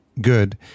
good